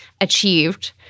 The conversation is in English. achieved